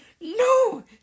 no